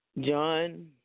John